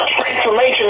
transformation